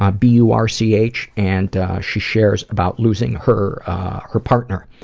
ah b u r c h, and she shares about losing her her partner,